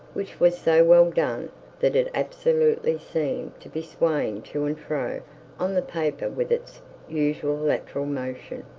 which was so well done that it absolutely seemed to be swaying to and fro on the paper with its usual lateral motion.